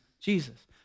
Jesus